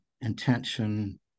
intention